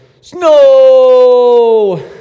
Snow